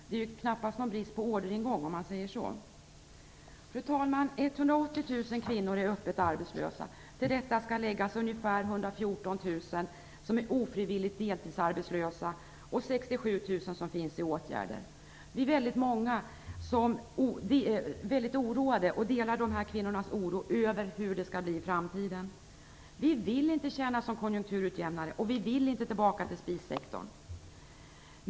Det är ju knappast någon brist på orderingång, om man säger så. Fru talman! 180 000 kvinnor är öppet arbetslösa. Till detta skall läggas ungefär 114 000 som är ofrivilligt deltidsarbetslösa och 67 000 som finns i åtgärder. Vi är många som delar dessa kvinnors oro över hur det skall bli i framtiden. Vi vill inte tjäna som konjunkturutjämnare och vi vill inte tillbaka till spissektorn.